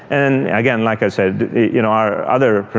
and, again, like i said, you know our other